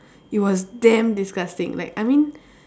it was damn disgusting like I mean